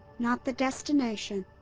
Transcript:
not the destination!